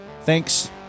Thanks